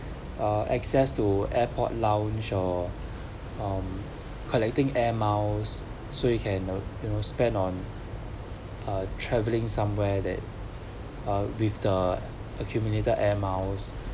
uh access to airport lounge or um collecting air miles so you can spend on a travelling somewhere that uh with the accumulated air miles